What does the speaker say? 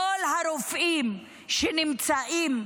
כל הרופאים שנמצאים,